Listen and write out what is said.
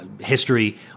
history